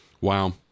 Wow